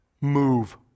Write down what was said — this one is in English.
Move